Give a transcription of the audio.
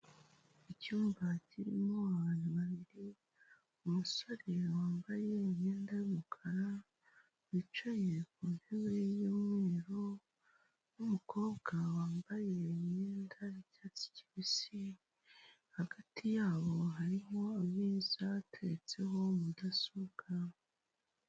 Icyumba kirimo abantu babiri, umusore wambaye imyenda y'umukara, wicaye ku ntebe y'umweru, n'umukobwa wambaye imyenda y'icyatsi kibisi, hagati yabo hariho ameza ateretseho mudasobwa.